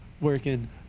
working